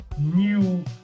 new